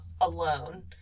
alone